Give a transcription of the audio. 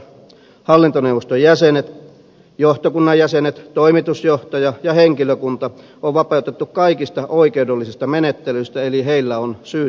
hallintoneuvoston jäsenet johtokunnan jäsenet toimitusjohtaja ja henkilökunta on vapautettu kaikista oikeudellisista menettelyistä eli heillä on syytesuoja